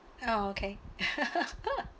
oh okay